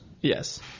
Yes